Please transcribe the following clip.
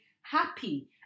happy